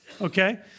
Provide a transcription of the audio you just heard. Okay